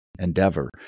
Endeavor